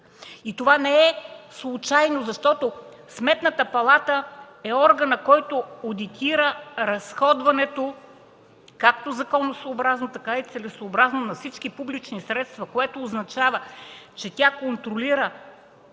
И това не е случайно, защото Сметната палата е органът, който одитира разходването, както законосъобразно, така и целесъобразно на всички публични средства, което означава, че тя контролира